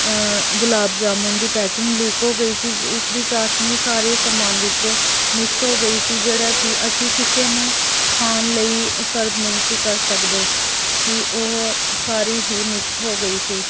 ਗੁਲਾਬ ਜਾਮੁਨ ਦੀ packing leak ਹੋ ਗਈ ਸੀ ਉਸਦੀ ਚਾਸਨੀ ਸਾਰੇ ਸਮਾਨ ਵਿੱਚ ਮਿਕਸ ਹੋ ਗਈ ਸੀ ਜਿਹੜਾ ਕਿ ਅਸੀਂ ਕਿਸੇ ਨੂੰ ਖਾਣ ਲਈ ਸਰਵ ਨਹੀਂ ਸੀ ਕਰ ਸਕਦੇ ਕਿ ਉਹ ਸਾਰੀ ਹੀ ਮਿਕਸ ਹੋ ਗਈ ਸੀ